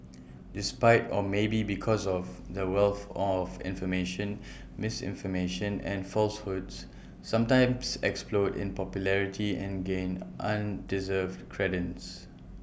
despite or maybe because of the wealth of information misinformation and falsehoods sometimes explode in popularity and gain undeserved credence